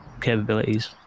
capabilities